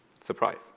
Surprise